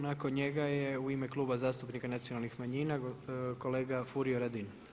Nakon njega je u ime Kluba zastupnika Nacionalnih manjina kolega Furio Radin.